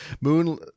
Moon